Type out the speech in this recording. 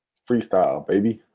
freestyle baby.